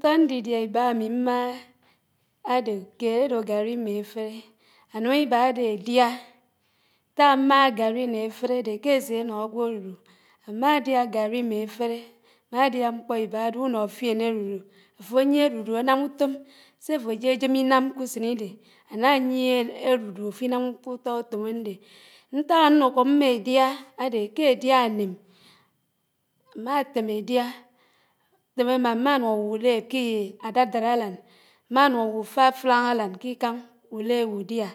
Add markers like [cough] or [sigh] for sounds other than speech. Útó ñdidiá íbá ámí mmáhá ádé, kéd ádò gáni mmé áféré, ánám íbá ádé édiá. Ñták ámáhá gárri nné áféré ádé ké ásé ánó ágwó árùrù, ámá diá gárrí mmé áféré, ámá ádiá mkpó íbádé ùnòfién árùrù, áfó ányié árùrù ánám ùtòm, sé áfó ájéjén inán kùsénidé ánáyié ádùdù áfínám ùtó ùtom ándè. Ñták ánùkò mmá édiá ádé ké édiá áném. [hesitation] Ámá átém édiá átém ámá má nùñ áwùléb ki [hesitation] ádádád álán, má ánùn áwù fáflán álán k’ikáñ ùléb ùdiá,